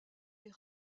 est